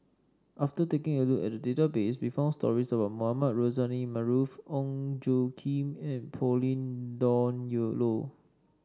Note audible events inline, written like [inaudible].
after taking a look at the database we found stories about Mohamed Rozani Maarof Ong Tjoe Kim and Pauline Dawn [unintelligible] Loh